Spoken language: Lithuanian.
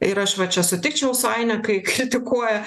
ir aš va čia sutikčiau su aine kai kritikuoja